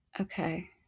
Okay